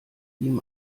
ihm